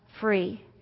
free